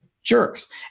Jerks